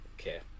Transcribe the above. Okay